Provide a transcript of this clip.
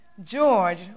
George